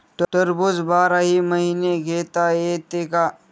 टरबूज बाराही महिने घेता येते का?